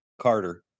carter